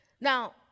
Now